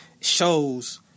shows